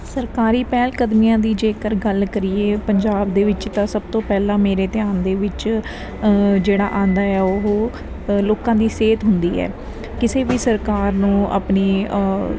ਸਰਕਾਰੀ ਪਹਿਲਕਦਮੀਆਂ ਦੀ ਜੇਕਰ ਗੱਲ ਕਰੀਏ ਪੰਜਾਬ ਦੇ ਵਿੱਚ ਤਾਂ ਸਭ ਤੋਂ ਪਹਿਲਾਂ ਮੇਰੇ ਧਿਆਨ ਦੇ ਵਿੱਚ ਜਿਹੜਾ ਆਉਂਦਾ ਆ ਉਹ ਲੋਕਾਂ ਦੀ ਸਿਹਤ ਹੁੰਦੀ ਹੈ ਕਿਸੇ ਵੀ ਸਰਕਾਰ ਨੂੰ ਆਪਣੀ